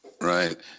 Right